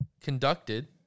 conducted